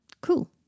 Cool